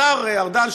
השר ארדן,